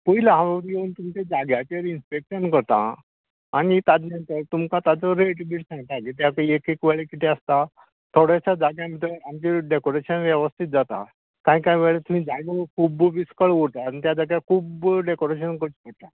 पयलीं हांव येवन तुमच्या जाग्याचेर इन्सपेक्शन करतां आनी ताजे नंतर तुमका ताचो रेट बिट सांगता कित्या एक एक वेळ कितें आसता थोड्याश्या जाग्या भितर आमचें डेकाॅरेशन वेवस्थीत जाता कांय कांय वेळार जायते विस्कळ तो उरता आनी त्या जाग्यार खूब डेकाॅरेशन करचें पडटा